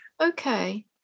Okay